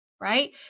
right